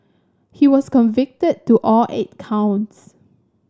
he was convicted to all eight counts